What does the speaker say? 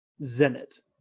Zenit